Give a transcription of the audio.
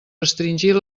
restringir